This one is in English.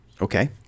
Okay